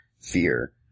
fear